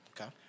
Okay